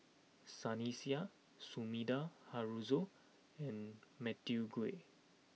Sunny Sia Sumida Haruzo and Matthew Ngui